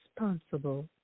responsible